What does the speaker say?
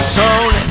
tone